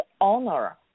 honor